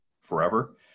forever